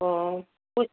অ'